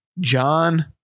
John